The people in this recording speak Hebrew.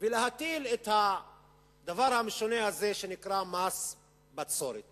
להטיל את הדבר המשונה הזה שנקרא מס בצורת